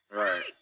right